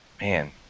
man